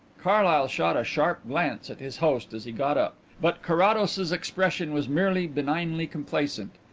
carlyle shot a sharp glance at his host as he got up, but carrados's expression was merely benignly complacent.